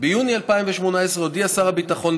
ביוני 2018 הודיע שר הביטחון,